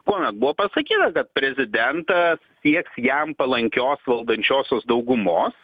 kuomet buvo pasakyta kad prezidentas sieks jam palankios valdančiosios daugumos